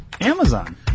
Amazon